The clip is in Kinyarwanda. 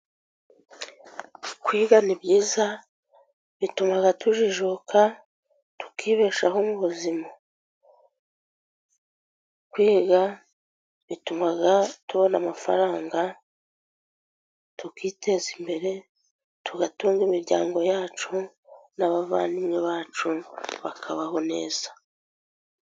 Kwiga ni byiza bituma tujijuka tukibeshaho mu buzima. Kwiga bituma tubona amafaranga tukiteza imbere, tugatunga imiryango yacu n'abavandimwe bacu bakabaho neza.